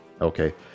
Okay